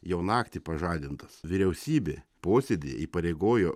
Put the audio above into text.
jau naktį pažadintas vyriausybė posėdy įpareigojo